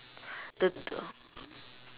the t~